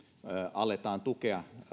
aletaan tukea